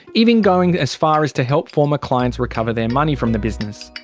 even going as far as to help former clients recover their money from the business.